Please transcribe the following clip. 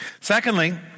Secondly